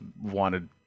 wanted